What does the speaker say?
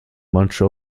manche